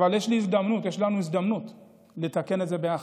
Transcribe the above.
אבל יש לי, יש לנו, הזדמנות לתקן את זה ביחד.